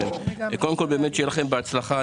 קודם כול, שיהיה לכם בהצלחה.